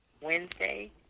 Wednesday